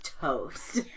toast